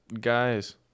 guys